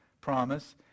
promise